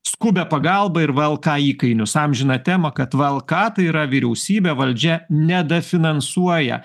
skubią pagalbą ir vlk įkainius amžiną temą kad vlk tai yra vyriausybė valdžia nedafinansuoja